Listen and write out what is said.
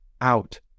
Out